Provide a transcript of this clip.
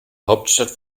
hauptstadt